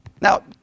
Now